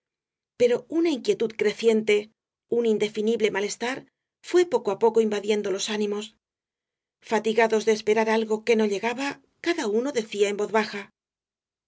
pero una inquietud creciente un indefinible malestar fué poco á poco invadiendo los ánimos fatigados de esperar algo que no llegaba cada uno decía en voz baja